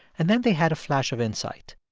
and then they had a flash of insight.